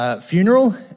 funeral